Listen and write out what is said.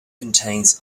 contains